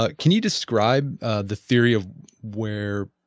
ah can you describe the theory of where,